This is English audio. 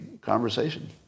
conversation